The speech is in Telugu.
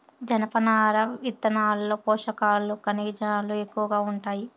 జనపనార విత్తనాల్లో పోషకాలు, ఖనిజాలు ఎక్కువగా ఉంటాయి